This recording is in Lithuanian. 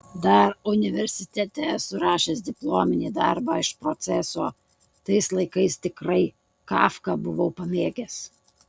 dar universitete esu rašęs diplominį darbą iš proceso tais laikais tikrai kafką buvau pamėgęs